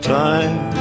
time